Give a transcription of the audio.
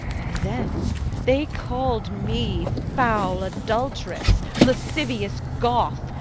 and then they call'd me foul adulteress, lascivious goth,